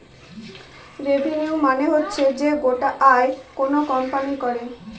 revenue মানে হচ্ছে যে গোটা আয় কোনো কোম্পানি করে